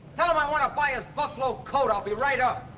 tell him i wanna buy his buffalo coat. i'll be right up.